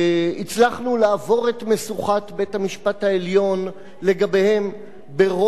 משוכת בית-המשפט העליון לגביהם ברוב כמעט דחוק,